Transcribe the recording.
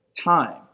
time